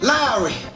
Lowry